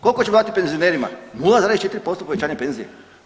Koliko ćemo dati penzionerima 0,4% povećanja penzije?